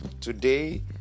today